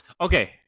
okay